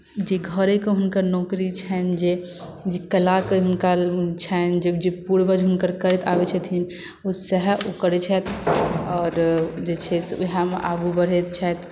जे घरे कऽ हुनकर नौकरी छनि जे जे कलाके हुनका छनि जे पूर्वज हुनकर करैत आबैत छथिन ओ सएह ओ करैत छथि आओर जे छै से उएहमे आगू बढ़ैत छथि